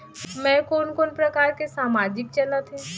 मैं कोन कोन प्रकार के सामाजिक चलत हे?